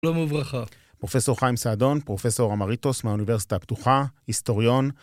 שלום וברכה. פרופסור חיים סעדון, פרופסור אמריטוס מהאוניברסיטה הפתוחה, היסטוריון